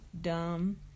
Dumb